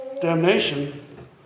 damnation